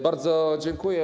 Bardzo dziękuję.